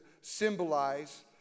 symbolize